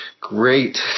great